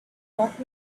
taught